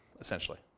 essentially